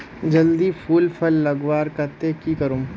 जल्दी फूल फल लगवार केते की करूम?